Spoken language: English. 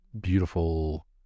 beautiful